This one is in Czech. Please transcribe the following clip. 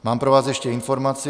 Mám pro vás ještě informaci.